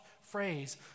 phrase